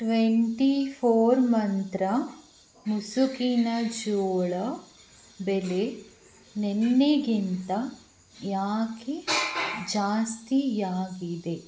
twenty four Mantra ಮುಸುಕಿನ ಜೋಳ ಬೆಲೆ ನೆನ್ನೆಗಿಂತ ಏಕೆ ಜಾಸ್ತಿಯಾಗಿದೆ